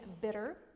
bitter